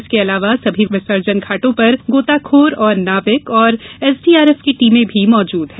इसके अलावा सभी विसर्जन घाटों पर गोताखोर और नाविक और एसडीआरएफ की टीमें भी मौजूद हैं